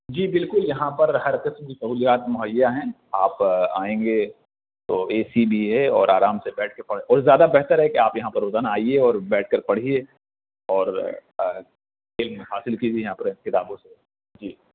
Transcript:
جی بالکل یہاں پر ہر قسم کی سہولیات مہیا ہیں آپ آئیں گے تو اے سی بھی ہے اور آرام سے بیٹھ کے پڑھ زیادہ بہتر ہے کہ آپ یہاں پر روزانہ آئیے اور بیٹھ کر پڑھیے اور علم حاصل کیجیے یہاں پر کتابوں سے جی